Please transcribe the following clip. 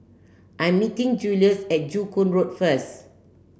I am meeting Julius at Joo Koon Road first